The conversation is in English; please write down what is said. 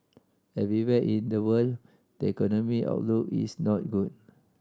everywhere in the world the economy outlook is not good